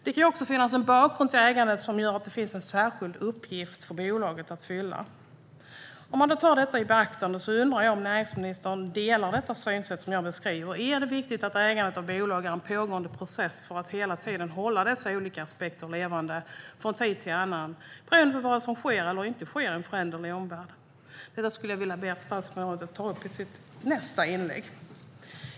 Det kan också vara en bakgrund till ägandet då det finns en särskild uppgift för bolaget att fylla. Med detta i beaktande undrar jag om näringsministern delar detta synsätt som jag beskriver. Är det viktigt att ägandet av bolag är en pågående process för att hela tiden hålla dessa olika aspekter levande från tid till annan beroende på vad som sker eller inte sker i en föränderlig omvärld? Detta skulle jag vilja be att statsrådet tar upp i sitt nästa inlägg.